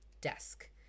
desk